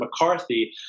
McCarthy